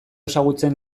ezagutzen